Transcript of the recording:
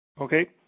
Okay